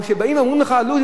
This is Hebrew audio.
אבל כשבאים ואומרים לך עלות,